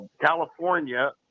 California